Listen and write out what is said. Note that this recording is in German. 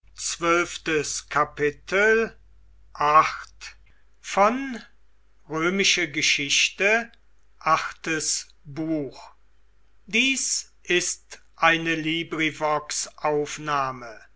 sind ist eine